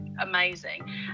amazing